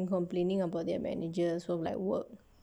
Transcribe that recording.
complaining about their managers from like work